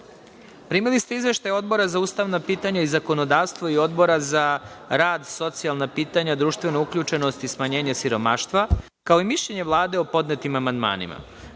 ste izveštaj Odbora za ustavna pitanja i zakonodavstvo i Odbora za rad, socijalna pitanja, društvenu uključenost i smanjenje siromaštva, kao i mišljenje Vlade o podnetim amandmanima. Pošto